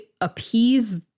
appease